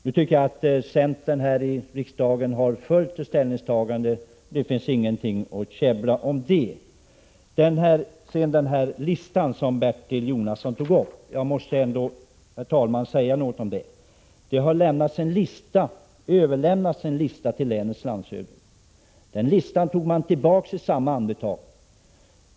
Nu har centern här i riksdagen följt det ställningstagandet, så det finns inte anledning att käbbla om det. Sedan måste jag säga något om listan som Bertil Jonasson talade om. Det har överlämnats en lista till länets landshövding, men den listan tog man tillbaka i samma andetag.